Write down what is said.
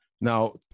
now